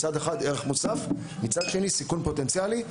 מצד אחד ערך מוסף ומצד שני סיכון פוטנציאלי,